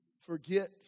forget